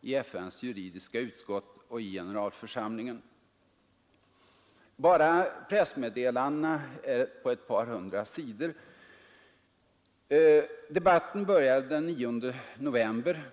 i FN:s juridiska utskott och i generalförsamlingen. Enbart pressmeddelandena omfattar ett par hundra sidor. Debatten började den 9 november.